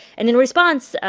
and in response,